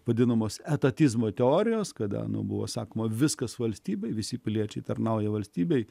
vadinamos etatizmo teorijos kada buvo sakoma viskas valstybėje visi piliečiai tarnauja valstybei